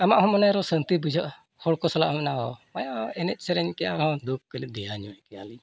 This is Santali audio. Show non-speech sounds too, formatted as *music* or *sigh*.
ᱟᱢᱟᱜ ᱦᱚᱸ ᱢᱚᱱᱮᱨᱮ ᱥᱟᱱᱛᱤ ᱵᱩᱡᱷᱟᱹᱜᱼᱟ ᱦᱚᱲᱠᱚ ᱥᱟᱞᱟᱜ ᱢᱮᱱᱟ ᱚ *unintelligible* ᱮᱱᱮᱡᱼᱥᱮᱨᱮᱧ ᱠᱮᱫᱼᱟ ᱫᱩᱠᱷ ᱠᱟᱹᱴᱤᱡ ᱫᱮᱭᱟ ᱧᱚᱜ ᱠᱮᱫᱼᱟ ᱞᱤᱧ